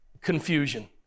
confusion